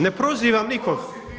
Ne prozivam nikog.